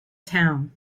town